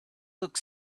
look